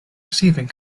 receiving